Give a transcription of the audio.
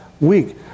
week